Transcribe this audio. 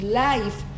life